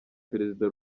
perezida